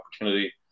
opportunity